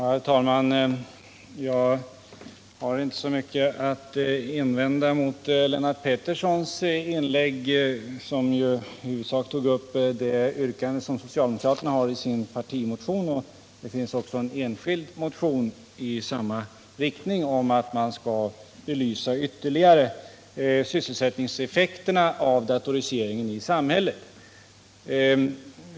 Herr talman! Jag har inte så mycket att invända mot Lennart Petterssons inlägg, där han i huvudsak tog upp det yrkande som socialdemokraterna ställt i sin partimotion och som också återfinns i en enskild s-motion, nämligen att man skall ytterligare belysa sysselsättningseffekterna av datoriseringen i samhället.